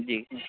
जी जी